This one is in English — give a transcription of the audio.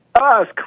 ask